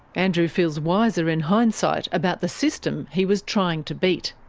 andrew feels wiser in hindsight about the system he was trying to beat.